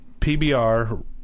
PBR